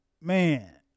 man